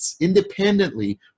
independently